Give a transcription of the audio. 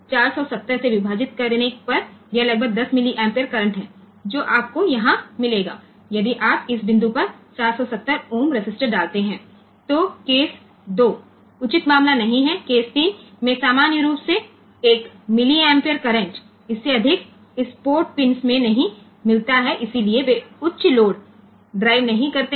તેથી તે લગભગ 10 મિલિએમ્પીયર કરંટ હોય છે જે આપણને અહીં મળશે અને જો આપણે આ બિંદુએ 470 ohm રેઝિસ્ટન્સ મૂકીએ તો કિસ્સો 2 એ સલાહભર્યું નથી હોતું અને કિસ્સા 3 માં સામાન્ય રીતે આપણને એક મિલિએમ્પીયર કરંટ કરતાં વધુ કરંટ મળતો નથી અને આ પોર્ટ પિન વધારે લોડ ચલાવતી નથી